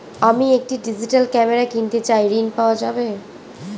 আমি একটি digital camera কিনতে চাই ঝণ পাওয়া যাবে?